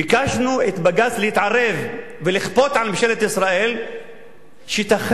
ביקשנו מבג"ץ להתערב ולכפות על ממשלת ישראל שתכריז